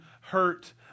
hurt